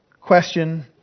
question